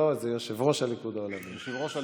לא, זה יושב-ראש הליכוד העולמי.